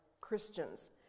Christians